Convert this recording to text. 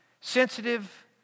sensitive